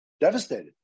devastated